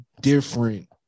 different